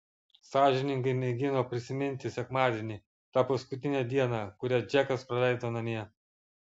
sąžiningai mėgino prisiminti sekmadienį tą paskutinę dieną kurią džekas praleido namie